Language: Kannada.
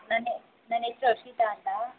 ನಾನು ನನ್ನ ಹೆಸ್ರು ಹರ್ಷಿತ ಅಂತ